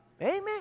Amen